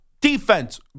Defense